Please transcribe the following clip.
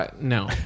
No